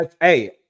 hey